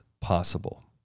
possible